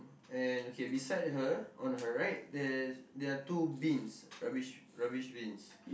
and okay beside her on her right there's there are two bins rubbish rubbish bins